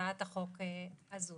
בהצעת החוק הזו,